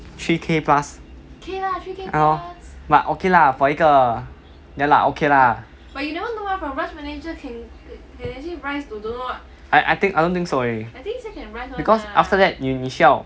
three K plus ya lor but okay lah for 一个 actually can floors but okay lah for 一个 ya lah okay lah I I think I don't think so already because after that 你需要